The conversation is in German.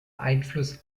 einfluss